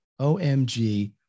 OMG